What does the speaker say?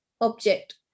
object